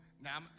Now